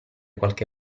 qualche